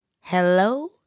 hello